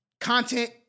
content